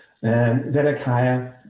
Zedekiah